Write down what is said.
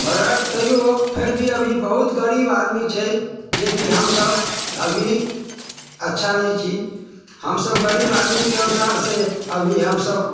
मगर तैओ फिर भी अभी बहुत गरीब आदमी छै जेकि हमसब अभी अच्छा नहि छी हमसब गरीब आदमीके अनुसारसँ अभी हमसब